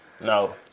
no